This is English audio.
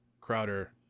Crowder